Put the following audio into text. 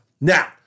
Now